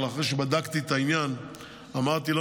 אבל אחרי שבדקתי את העניין אמרתי שלא